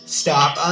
stop